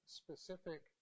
specific